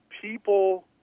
people –